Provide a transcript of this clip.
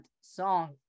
song